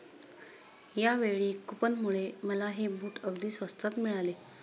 यावेळी कूपनमुळे मला हे बूट अगदी स्वस्तात मिळाले